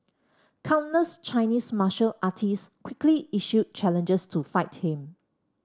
countless Chinese martial artists quickly issued challenges to fight him